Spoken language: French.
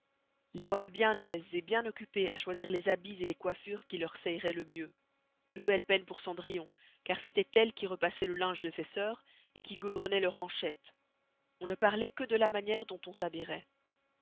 les voilà bien aises et bien occupées à choisir les habits les coëffures qui leur seïeroient le mieux nouvelle peine pour cendrillon car c'estoit elle qui repassoit le linge de ses sœurs et qui godronoit leurs manchettes on ne parloit que de la maniere dont on s'habilleroit